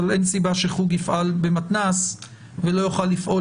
אבל אין סיבה שחוג יפעל במתנ"ס ולא יוכל לפעול